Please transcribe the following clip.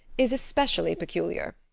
is especially peculiar.